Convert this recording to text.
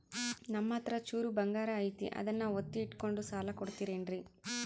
ನಮ್ಮಹತ್ರ ಚೂರು ಬಂಗಾರ ಐತಿ ಅದನ್ನ ಒತ್ತಿ ಇಟ್ಕೊಂಡು ಸಾಲ ಕೊಡ್ತಿರೇನ್ರಿ?